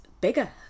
bigger